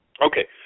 Okay